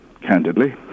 candidly